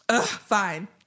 fine